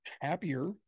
happier